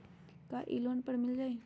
का इ लोन पर मिल जाइ?